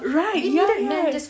right ya ya